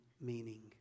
meaning